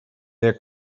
their